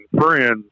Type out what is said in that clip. friends